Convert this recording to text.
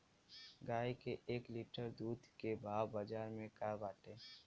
गाय के एक लीटर दूध के भाव बाजार में का बाटे?